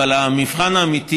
אבל המבחן האמיתי,